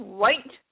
white